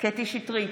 קטי קטרין שטרית,